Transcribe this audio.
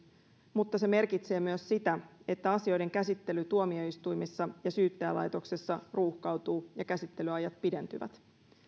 mutta se merkitsee myös sitä että asioiden käsittely tuomioistuimissa ja syyttäjälaitoksessa ruuhkautuu ja käsittelyajat pidentyvät